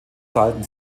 zahlten